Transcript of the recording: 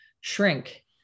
shrink